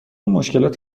مشکلات